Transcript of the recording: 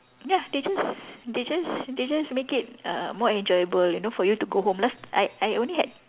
ya they just they just they just make it uh more enjoyable you know for you to go home last I I only had